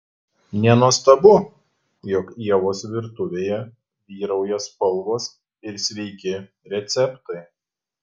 nenuostabu jog ievos virtuvėje vyrauja spalvos ir sveiki receptai